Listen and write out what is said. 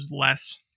less